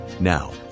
Now